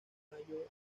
mayo